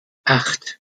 acht